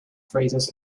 phrases